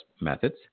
methods